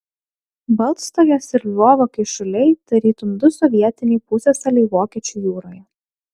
baltstogės ir lvovo kyšuliai tarytum du sovietiniai pusiasaliai vokiečių jūroje